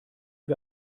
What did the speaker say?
wir